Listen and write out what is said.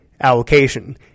allocation